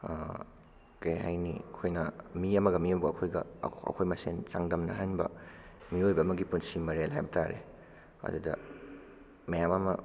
ꯀꯩ ꯍꯥꯏꯅꯤ ꯑꯩꯈꯣꯏꯅ ꯃꯤ ꯑꯃꯒ ꯃꯤ ꯑꯃꯒ ꯑꯩꯈꯣꯏꯒ ꯑꯩꯈꯣꯏ ꯃꯁꯦꯟ ꯆꯥꯡꯗꯝꯅꯍꯟꯕ ꯃꯤꯑꯣꯏꯕ ꯑꯃꯒꯤ ꯄꯨꯟꯁꯤ ꯃꯔꯦꯜ ꯍꯥꯏꯕ ꯇꯥꯔꯦ ꯑꯗꯨꯗ ꯃꯌꯥꯝ ꯑꯃ